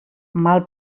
mal